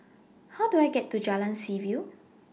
How Do I get to Jalan Seaview